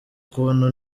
ukuntu